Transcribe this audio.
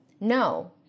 No